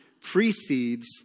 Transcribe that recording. precedes